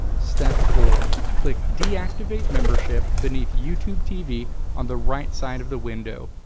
step four. click deactivate membership beneath youtube tv on the right side of the window.